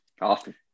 Awesome